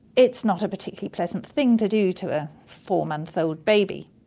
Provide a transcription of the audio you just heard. it's not a particularly pleasant thing to do to a four-month-old baby.